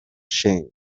shane